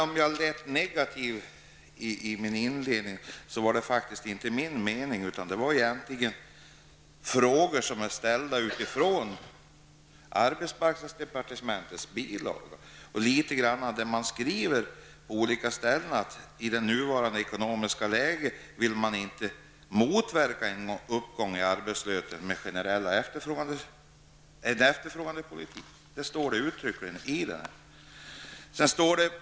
Om jag lät negativ i mitt inledningsanförande var det faktiskt inte min mening, utan mina frågor ställdes utifrån skrivningen i arbetsmarknadsdepartementets bilaga till budgetpropositionen. Man skriver på litet olika ställen att man i nuvarande ekonomiska läge inte vill motverka en uppgång i arbetslösheten med generella åtgärder som ökar efterfrågan på arbetskraft. Det står uttryckligen angivet.